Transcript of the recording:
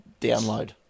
download